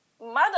mother